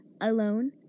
alone